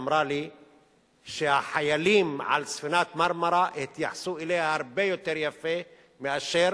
אמרה לי שהחיילים על ספינת ה"מרמרה" התייחסו אליה הרבה יותר יפה מאשר